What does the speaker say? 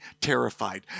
terrified